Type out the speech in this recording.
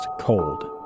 cold